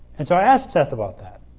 and so, i asked seth about that.